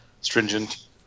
stringent